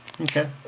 Okay